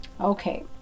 Okay